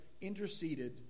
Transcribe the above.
interceded